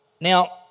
Now